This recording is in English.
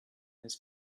his